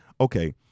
okay